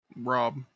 Rob